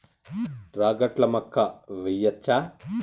రాగట్ల మక్కా వెయ్యచ్చా?